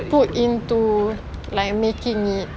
put into like making it